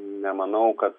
nemanau kad